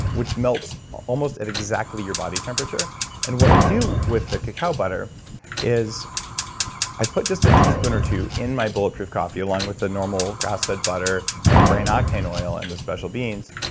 which melts almost at exactly your body temperature and what i do with the cacao butter is i put just a teaspoon or two in my bulletproof coffee, along with the normal grass-fed butter and the brain octane oil, and the special beans.